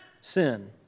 sin